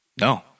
no